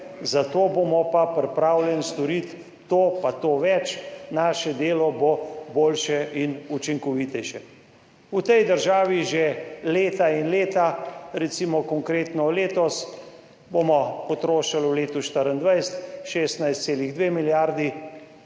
za to bomo pa pripravljeni storiti to pa to več, Naše delo bo boljše in učinkovitejše. V tej državi že leta in leta, recimo konkretno letos bomo potrošili v letu 2024 16,2 milijardi,